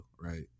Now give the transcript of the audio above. right